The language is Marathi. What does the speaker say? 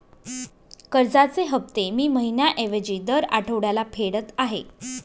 कर्जाचे हफ्ते मी महिन्या ऐवजी दर आठवड्याला फेडत आहे